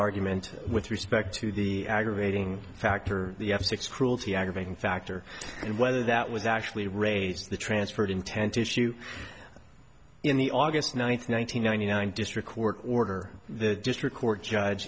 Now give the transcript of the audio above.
argument with respect to the aggregate ing factor the six cruelty aggravating factor and whether that was actually raised the transferred intent issue in the august one thousand nine hundred ninety nine district court order the district court judge